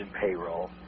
payroll